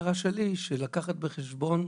לדוגמה: בשעת השקיעה,